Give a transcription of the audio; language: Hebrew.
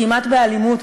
כמעט באלימות,